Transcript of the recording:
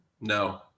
No